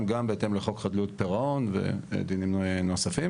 גם בהתאם לחוק חדלות פירעון ודינים נוספים.